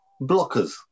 blockers